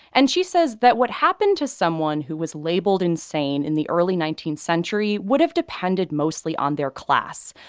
and she says that what happened to someone who was labeled insane in the early nineteenth century would have depended mostly on their class.